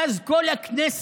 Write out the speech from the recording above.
ואז כל הכנסת